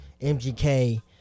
MGK